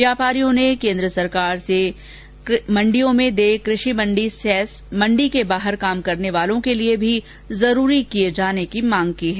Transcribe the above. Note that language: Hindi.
व्यापारियों ने केन्द्र सरकार से मण्डियों में देय कृषि मण्डी सेस मण्डी के बाहर काम करने वालों के लिए भी जरूरी किये जाने की मांग की है